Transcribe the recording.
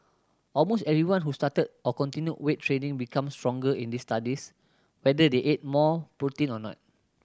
almost everyone who started or continued weight training become stronger in these studies whether they ate more protein or not